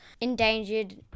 endangered